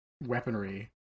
weaponry